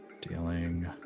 Dealing